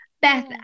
Beth